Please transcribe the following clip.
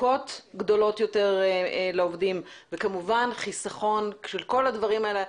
תפוקות גדולות יותר לעובדים וכמובן חיסכון של כל הדברים האלה,